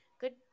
good